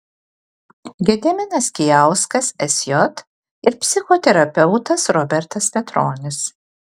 gediminas kijauskas sj ir psichoterapeutas robertas petronis